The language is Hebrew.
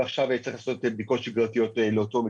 ועכשיו צריך לעשות את בדיקות שגרתיות לאותו מטופל.